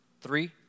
three